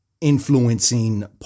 influencing